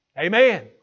Amen